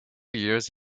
years